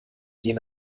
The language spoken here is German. den